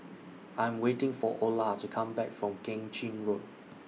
I Am waiting For Olar to Come Back from Keng Chin Road